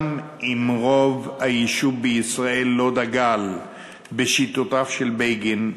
גם אם רוב היישוב בישראל לא דגל בשיטותיו של בגין,